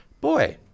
boy